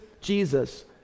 Jesus